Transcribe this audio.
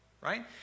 right